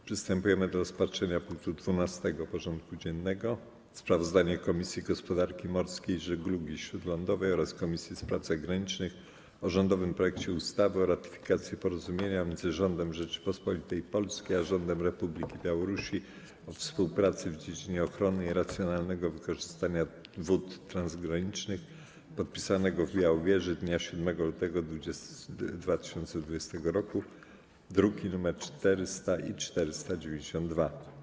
Przystępujemy do rozpatrzenia punktu 12. porządku dziennego: Sprawozdanie Komisji Gospodarki Morskiej i Żeglugi Śródlądowej oraz Komisji Spraw Zagranicznych o rządowym projekcie ustawy o ratyfikacji Porozumienia między Rządem Rzeczypospolitej Polskiej a Rządem Republiki Białorusi o współpracy w dziedzinie ochrony i racjonalnego wykorzystania wód transgranicznych, podpisanego w Białowieży dnia 7 lutego 2020 r. (druki nr 400 i 492)